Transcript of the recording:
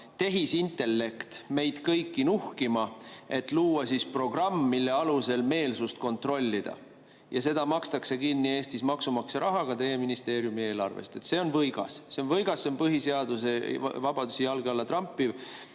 tehisintellekt meie kõigi järele nuhkima, et luua programm, mille alusel meelsust kontrollida. Ja see makstakse kinni Eesti maksumaksja rahaga teie ministeeriumi eelarvest. See on võigas. See on võigas! See on põhiseaduses [sätestatud] vabadusi jalge alla trampiv.